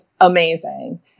amazing